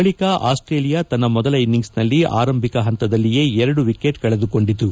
ಬಳಿಕ ಆಸ್ಟೇಲಿಯಾ ತನ್ನ ಮೊದಲ ಇನ್ನಿಂಗ್ಲ್ನಲ್ಲಿ ಆರಂಭಿಕ ಹಂತದಲ್ಲಿಯೇ ಎರಡು ವಿಕೆಟ್ ಕಳೆದುಕೊಂಡಿತು